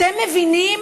אתם מבינים